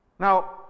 Now